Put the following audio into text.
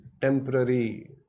temporary